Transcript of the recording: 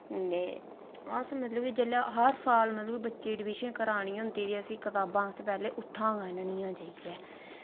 ते अस मतलब की जेल्लै हर साल बच्चे दी एडमिशन करानी होंदी उसी कताबां असें पैह्लें उत्था गै आह्ननियां उत्थां जाइयै